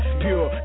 pure